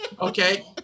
Okay